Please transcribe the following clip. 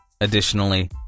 Additionally